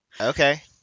Okay